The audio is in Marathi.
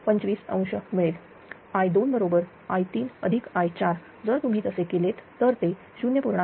25° मिळेल I2 बरोबर i3 i4 जर तुम्ही तसे केलेत तर ते 0